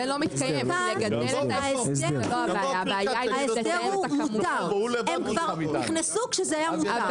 הפעם ההסדר הוא מותר, הם כבר נכנסו כשזה היה מותר.